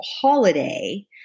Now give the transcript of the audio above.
holiday